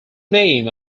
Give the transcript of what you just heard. name